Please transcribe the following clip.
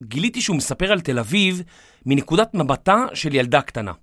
גיליתי שהוא מספר על תל אביב מנקודת מבטה של ילדה קטנה.